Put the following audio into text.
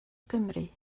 gymru